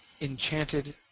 enchanted